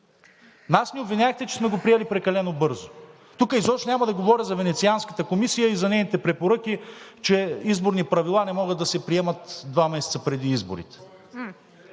Изборен кодекс, че сме го приели прекалено бързо. Тук изобщо няма да говоря за Венецианската комисия и за нейните препоръки, че изборни правила не могат да се приемат два месеца преди изборите.